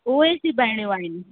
उहे सिबाइणियूं आहिनि